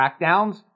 crackdowns